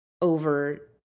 over